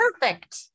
perfect